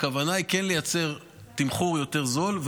הכוונה היא כן לייצר תמחור זול יותר,